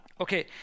Okay